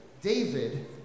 David